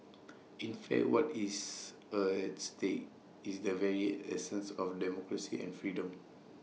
in fact what is A stake is the very essence of democracy and freedom